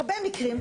הרבה מקרים,